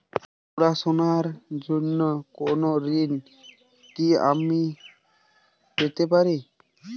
পড়াশোনা র জন্য কোনো ঋণ কি আমি পেতে পারি?